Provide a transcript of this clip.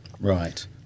Right